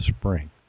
spring